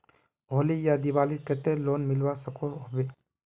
होली या दिवालीर केते लोन मिलवा सकोहो होबे?